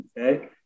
Okay